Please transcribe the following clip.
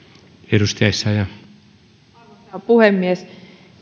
arvoisa puhemies